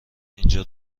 اینجا